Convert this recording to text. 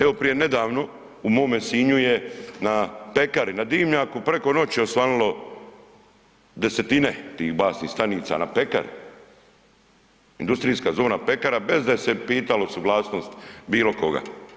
Evo prije nedavno u mome Sinju je na pekari na dimnjaku preko noći osvanulo desetine tih baznih stanica, na pekari, industrijska zona pekara bez da se je pitala suglasnost bilo koga.